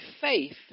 faith